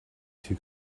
two